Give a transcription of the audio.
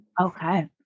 okay